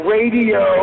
Radio